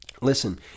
Listen